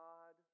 God